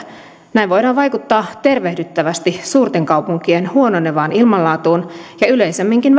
näin voidaan vaikuttaa tervehdyttävästi suurten kaupunkien huononevaan ilmanlaatuun ja yleisemminkin